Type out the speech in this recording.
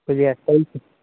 కొద్దిగా స్టైల్స్